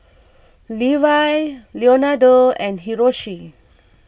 Levi Leonardo and Hiroshi